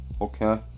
okay